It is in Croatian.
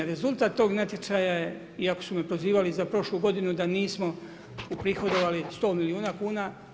Rezultat tog natječaja je, iako su me prozivali za prošlu godinu da nismo uprihodovali 100 milijuna kuna.